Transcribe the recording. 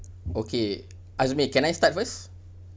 okay azmi can I start first